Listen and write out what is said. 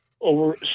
over